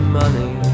money